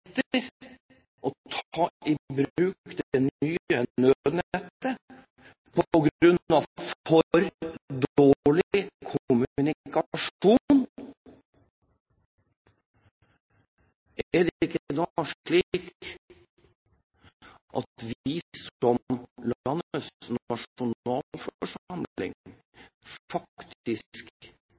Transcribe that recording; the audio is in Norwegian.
å ta i bruk det nye nødnettet på grunn av for dårlig kommunikasjon, er det ikke da slik at vi som landets nasjonalforsamling faktisk